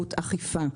סמכות אכיפה.